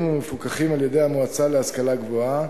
ומפוקחים על-ידי המועצה להשכלה גבוהה,